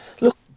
Look